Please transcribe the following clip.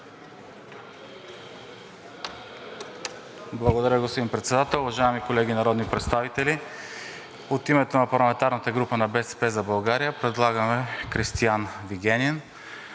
Благодаря, господин Председател. Уважаеми колеги народни представители! От името на парламентарната група на „БСП за България“ предлагаме Кристиан Вигенин.